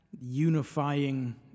unifying